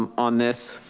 um on this,